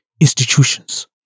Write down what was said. institutions